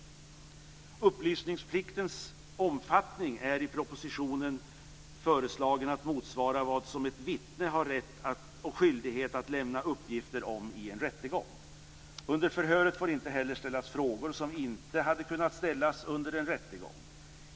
Upplysningspliktens omfattning är i propositionen föreslagen att motsvara vad som ett vittne har rätt och skyldighet att lämna uppgifter om i en rättegång. Under förhöret får inte heller ställas frågor som inte hade kunnat ställas under en rättegång.